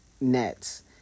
Nets